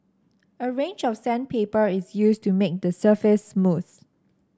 a range of sandpaper is used to make the surface smooth